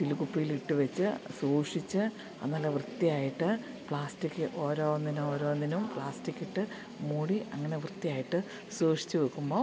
ചില്ല് കുപ്പിയിലിട്ട് വെച്ച് സൂഷിച്ച് അതു നല്ല വൃത്തിയായിട്ട് പ്ലാസ്റ്റിക്ക് ഓരോന്നിനോരോന്നിനും പ്ലാസ്റ്റിക്കിട്ട് മൂടി അങ്ങനെ വൃത്തിയായിട്ട് സൂക്ഷിച്ചു വെക്കുമ്പോൾ